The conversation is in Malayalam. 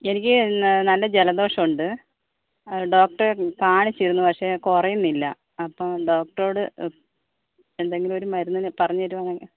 എനിക്ക് നല്ല നല്ല ജലദോഷമുണ്ട് ഡോക്ടറെ കാണിച്ചിരുന്നു പക്ഷേ കുറയുന്നില്ല അപ്പോൾ ഡോക്ടറോട് എന്തെങ്കിലും ഒരു മരുന്നിന് പറഞ്ഞ് തരുമോന്ന്